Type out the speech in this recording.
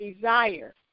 desire